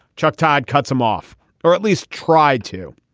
chuck todd cuts him off or at least tried to.